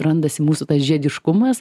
randasi mūsų tas žiediškumas